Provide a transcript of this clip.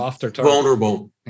vulnerable